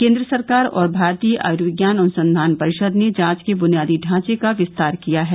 केंद्र सरकार और भारतीय आयुर्विज्ञान अनुसंधान परिषद ने जांच के बुनियादी ढांचे का विस्तार किया है